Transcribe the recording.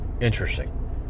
interesting